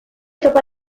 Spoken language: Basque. topa